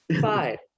five